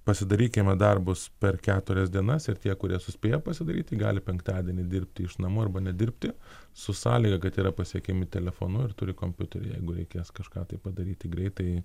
pasidarykime darbus per keturias dienas ir tie kurie suspėja pasidaryt tai gali penktadienį dirbti iš namų arba nedirbti su sąlyga kad yra pasiekiami telefonu ir turi kompiuterį jeigu reikės kažką tai padaryti greitai